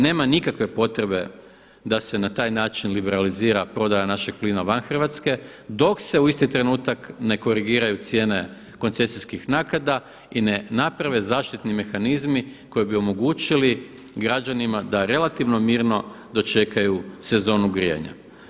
Nema nikakve potrebe da se na taj način liberalizira prodaja našeg plina van Hrvatske dok se u isti trenutak ne korigiraju cijene koncesijskih naknada i ne naprave zaštitni mehanizmi koji bi omogućili građanima da relativno mirno dočekaju sezonu grijanja.